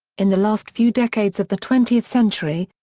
in the last few decades of the twentieth century,